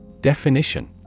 Definition